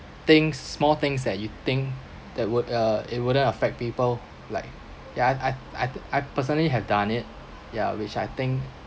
things small things that you think that would uh it wouldn't affect people like ya I I I personally have done it ya which I think